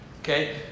Okay